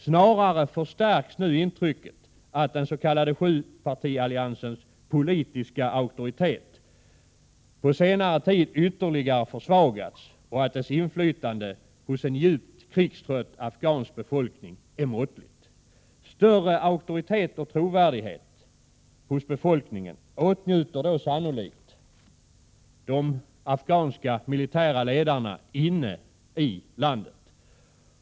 Snarare förstärks nu intrycket att den s.k. sjupartialliansens politiska auktoritet på senare tid ytterligare försvagats och att dess inflytande hos en djupt krigstrött afghansk befolkning är måttligt. Större auktoritet och trovärdighet hos befolkningen åtnjuter då sannolikt de afghanska militära ledarna inne i landet.